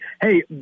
Hey